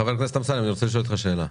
חבר הכנסת אמסלם, אני רוצה לשאול אותך שאלה.